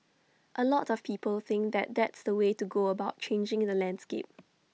A lot of people think that that's the way to go about changing the landscape